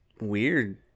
weird